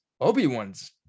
Obi-Wan's